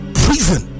prison